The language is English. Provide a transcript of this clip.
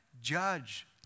judge